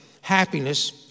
happiness